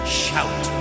shout